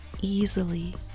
easily